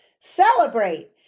celebrate